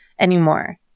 anymore